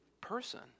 person